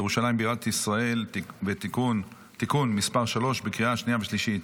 ירושלים בירת ישראל (תיקון מס' 3) לקריאה שנייה ושלישית.